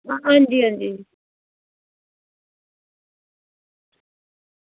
आं आं जी आं जी